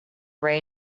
ray